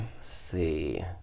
see